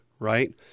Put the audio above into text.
right